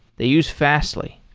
they use fastly.